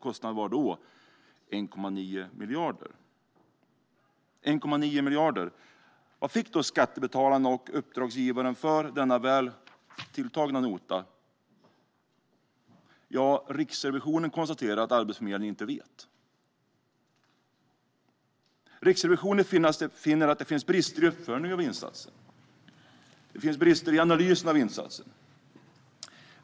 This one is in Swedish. Kostnaden var 1,9 miljarder. Vad fick då skattebetalarna och uppdragsgivaren för denna väl tilltagna nota? Riksrevisionen konstaterar att Arbetsförmedlingen inte vet. Riksrevisionen finner att det finns brister i uppföljningen av insatsen. Det finns brister i analysen av insatsen.